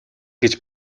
гэж